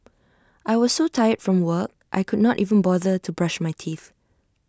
I was so tired from work I could not even bother to brush my teeth